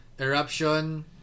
Eruption